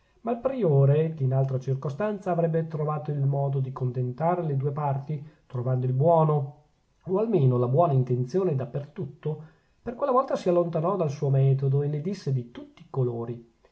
ma il priore che in ogni altra circostanza avrebbe trovato il modo di contentare le due parti trovando il buono o almeno la buona intenzione da per tutto per quella volta si allontanò dal suo metodo e ne disse di tutti i colori